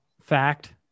fact